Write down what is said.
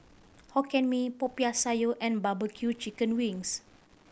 Hokkien Mee Popiah Sayur and barbecue chicken wings